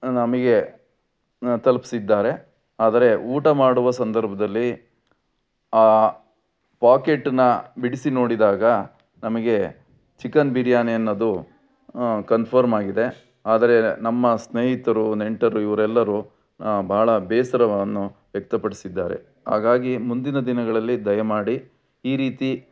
ನಮಗೆ ತಲುಪ್ಸಿದ್ದಾರೆ ಆದರೆ ಊಟ ಮಾಡುವ ಸಂದರ್ಭದಲ್ಲಿ ಆ ಪೊಕೆಟ್ನ ಬಿಡಿಸಿ ನೋಡಿದಾಗ ನಮಗೆ ಚಿಕನ್ ಬಿರಿಯಾನಿ ಅನ್ನೋದು ಕನ್ಫರ್ಮ್ ಆಗಿದೆ ಆದರೆ ನಮ್ಮ ಸ್ನೇಹಿತರು ನೆಂಟರು ಇವ್ರೆಲ್ಲರೂ ಭಾಳ ಬೇಸರವನ್ನು ವ್ಯಕ್ತಪಡಿಸಿದ್ದಾರೆ ಹಾಗಾಗಿ ಮುಂದಿನ ದಿನಗಳಲ್ಲಿ ದಯಮಾಡಿ ಈ ರೀತಿ